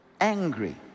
Angry